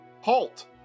halt